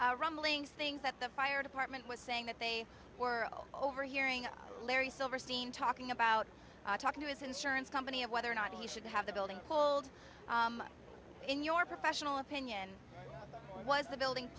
heard rumblings things that the fire department was saying that they were overhearing larry silverstein talking about talking to his insurance company of whether or not he should have the building pulled in your professional opinion was the building